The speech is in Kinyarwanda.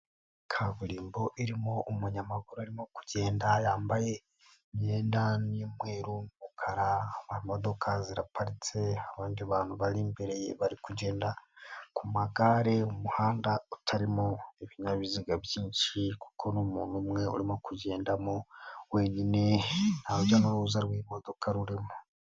Kaburimbo irimo umunyamaguru arimo kugenda, yambaye imyenda y'umweru n'umukara, imodokadoka ziraparitse, abandi bantu bari imbere bari kugenda ku magare, mu muhanda utarimo ibinyabiziga byinshi kuko n'umuntu umwe urimo kugendamo wenyine, ntarujya n'uruza rw'imodoka rurimo.